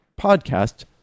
podcast